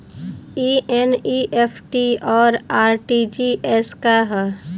ई एन.ई.एफ.टी और आर.टी.जी.एस का ह?